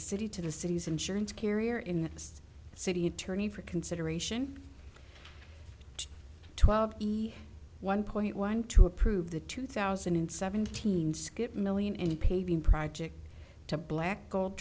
the city to the city's insurance carrier in this city attorney for consideration twelve one point one two approve the two thousand and seventeen skip million any paving project to black gold